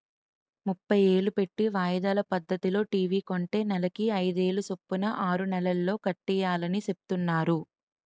ముప్పై ఏలు పెట్టి వాయిదాల పద్దతిలో టీ.వి కొంటే నెలకి అయిదేలు సొప్పున ఆరు నెలల్లో కట్టియాలని సెప్తున్నారు